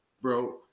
bro